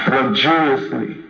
Luxuriously